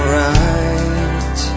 right